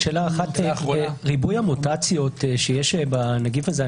ריבוי המוטציות שיש בנגיף הזה,